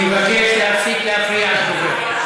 אני מבקש להפסיק להפריע לדובר.